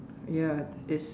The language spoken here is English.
ya it's